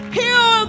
heal